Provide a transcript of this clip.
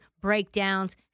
breakdowns